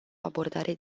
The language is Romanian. abordare